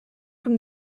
from